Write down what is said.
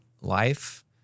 life